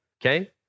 okay